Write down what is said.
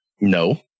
No